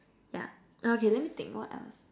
yeah okay let me think what else